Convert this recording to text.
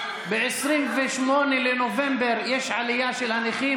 ב-28 בנובמבר יש עלייה של הנכים,